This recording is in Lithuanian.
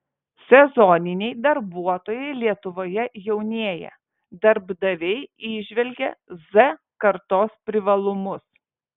sezoniniai darbuotojai lietuvoje jaunėja darbdaviai įžvelgia z kartos privalumus